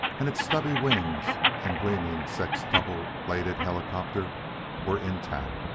and its stubby wings and gleaming sextuple-bladed helicopter were intact.